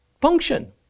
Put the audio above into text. function